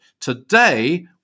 today